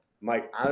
Mike